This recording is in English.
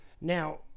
Now